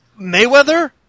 Mayweather